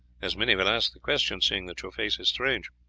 as many will ask the question, seeing that your face is strange?